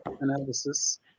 analysis